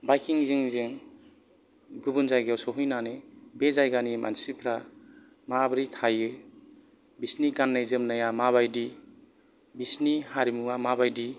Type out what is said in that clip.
बाइकिंजों जों गुबुन जायगायाव सहैनानै बे जायगानि मानसिफ्रा माबोरै थायो बिसोरनि गाननाय जोमनाया माबादि बिसोरनि हारिमुआ माबायदि